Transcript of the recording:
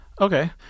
Okay